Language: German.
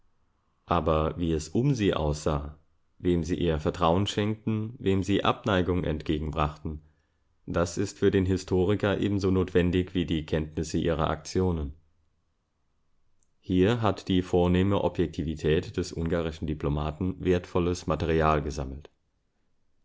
aber wie es um sie aussah wem sie ihr vertrauen schenkten wem sie abneigung entgegenbrachten das ist für den historiker ebenso notwendig wie die kenntnis ihrer aktionen hier hat die vornehme objektivität des ungarischen diplomaten wertvolles material gesammelt